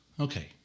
Okay